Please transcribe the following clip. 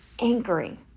anchoring